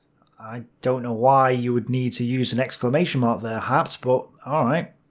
i don't know why you need to use an exclamation mark there, haupt, but alright.